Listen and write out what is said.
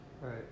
Right